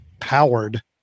powered